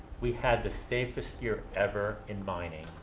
we had the safest year ever in mining.